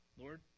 Lord